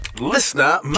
Listener